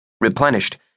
Replenished